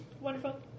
Wonderful